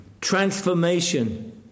transformation